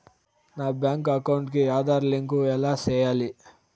నా bank account కి Aadhaar link ఎలా సేయాలి